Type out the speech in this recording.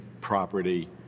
property